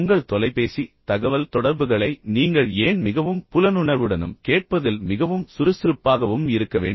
உங்கள் தொலைபேசி தகவல்தொடர்புகளை நீங்கள் ஏன் மிகவும் புலனுணர்வுடனும் கேட்பதில் மிகவும் சுறுசுறுப்பாகவும் இருக்க வேண்டும்